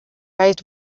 raised